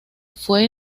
fue